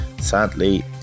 Sadly